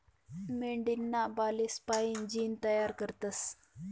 मेंढीना बालेस्पाईन जीन तयार करतस